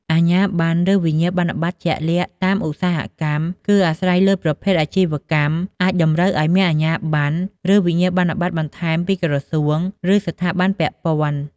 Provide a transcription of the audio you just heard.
អាជ្ញាប័ណ្ណ ឬវិញ្ញាបនបត្រជាក់លាក់តាមឧស្សាហកម្ម គឺអាស្រ័យលើប្រភេទអាជីវកម្ម អាចតម្រូវឱ្យមានអាជ្ញាប័ណ្ណ ឬវិញ្ញាបនបត្របន្ថែមពីក្រសួង ឬស្ថាប័នពាក់ព័ន្ធ។